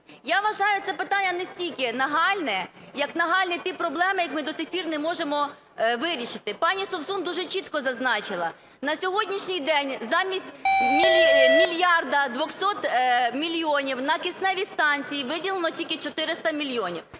Я вважаю, це питання не стільки нагальне, як нагальні ті проблеми, які ми до сих пір не можемо вирішити. Пані Совсун дуже чітко зазначила, на сьогоднішній день замість мільярда 200 мільйонів на кисневі станції виділено тільки 400 мільйонів.